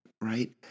right